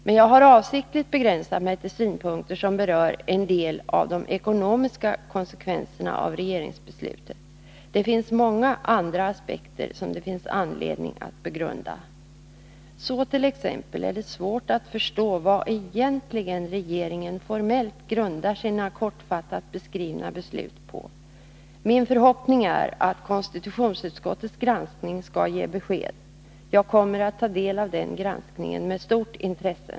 Men jag har avsiktligt begränsat mig till synpunkter som berör en del av de ekonomiska konsekvenserna av regeringsbeslutet. Det finns många andra aspekter som vi har anledning att begrunda. Det är t.ex. svårt att förstå vad egentligen regeringen formellt grundar sina kortfattat beskrivna beslut på. Min förhoppning är att konstitutionsutskottets granskning skall ge besked. Jag kommer att ta del av den granskningen med stort intresse.